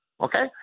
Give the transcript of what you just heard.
Okay